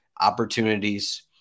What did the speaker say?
opportunities